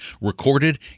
recorded